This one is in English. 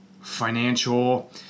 financial